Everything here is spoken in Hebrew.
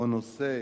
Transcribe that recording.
הנושא: